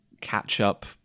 catch-up